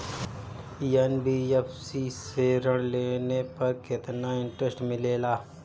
NBFC से ऋण लेने पर केतना इंटरेस्ट मिलेला?